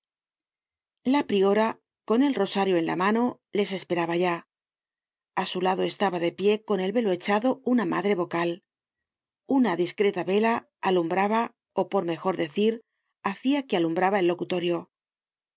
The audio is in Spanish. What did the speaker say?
la priora con el rosario en la mano les esperaba ya a su lado estaba de pie con el velo echado una madre vocal una discreta vela alumbraba ó por mejor decir hacia que alumbraba el locutorio